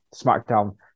SmackDown